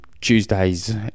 tuesdays